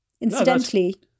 Incidentally